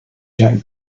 jack